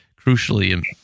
crucially